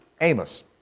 Amos